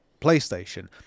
PlayStation